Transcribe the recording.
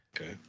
Okay